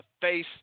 face